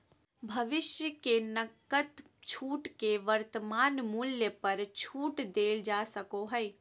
भविष्य के नकद छूट के वर्तमान मूल्य पर छूट देल जा सको हइ